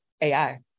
AI